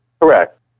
Correct